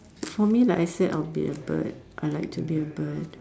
for me like I say I would be a bird I like to be a bird